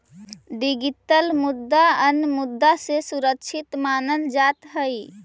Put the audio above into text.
digital मुद्रा अन्य मुद्रा से सुरक्षित मानल जात हई